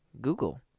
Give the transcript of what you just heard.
Google